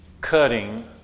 cutting